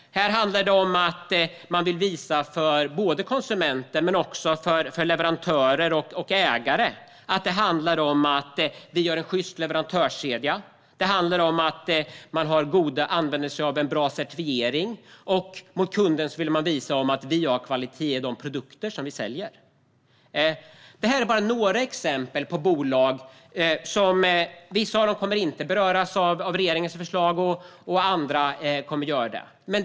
Här handlar det om att visa såväl konsumenter som leverantörer och ägare att man har en sjyst leverantörskedja och använder sig av en bra certifiering. Mot kunden vill man visa att man har kvalitet i de produkter man säljer. Detta var några exempel på bolag som i vissa fall inte kommer att beröras av regeringens förslag medan andra kommer att göra det.